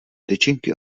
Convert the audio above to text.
tyčinky